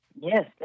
Yes